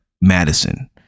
Madison